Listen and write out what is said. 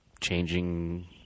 changing